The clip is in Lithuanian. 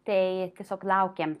tai tiesiog laukėm